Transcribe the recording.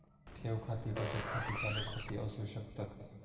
ठेव खाती बचत खाती, चालू खाती असू शकतत